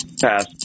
Pass